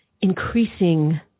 increasing